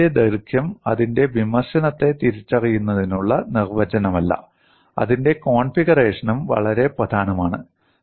വിള്ളലിന്റെ ദൈർഘ്യം അതിന്റെ വിമർശനത്തെ തിരിച്ചറിയുന്നതിനുള്ള നിർവചനമല്ല അതിന്റെ കോൺഫിഗറേഷനും വളരെ പ്രധാനമാണ്